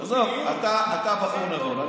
אתה בחור נבון.